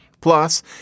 Plus